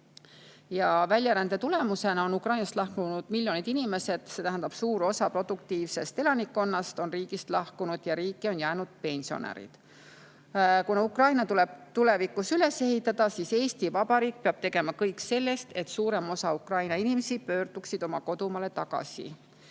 ja väljarände tulemusena on Ukrainast lahkunud miljonid inimesed, see tähendab, et suur osa produktiivsest elanikkonnast on riigist lahkunud ja riiki on jäänud vaid pensionärid. Kuna Ukraina tuleb tulevikus üles ehitada, siis peab Eesti Vabariik tegema kõik selleks, et suurem osa Ukraina inimesi pöörduks oma kodumaale tagasi.